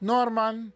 Norman